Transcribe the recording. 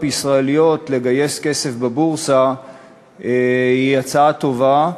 ישראליות לגייס כסף בבורסה היא הצעה טובה.